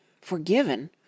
Forgiven